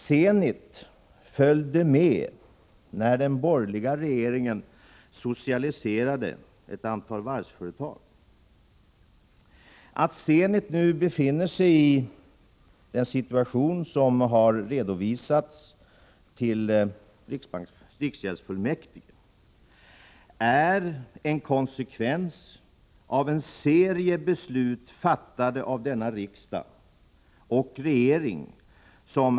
Zenit följde med när den borgerliga regeringen socialiserade ett antal varvsföretag. Att Zenit nu befinner sig i den situation som har redovisats för riksgäldsfullmäktige är en konsekvens av en serie beslut fattade av denna riksdag och av regeringen.